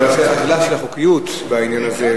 אבל יש שאלה של החוקיות בעניין הזה,